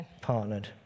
partnered